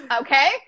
okay